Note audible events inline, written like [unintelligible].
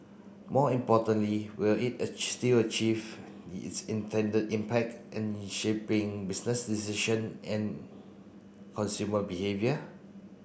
more importantly will it [unintelligible] still achieve its intended impact in shaping business decision and consumer behaviour